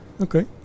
okay